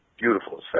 beautiful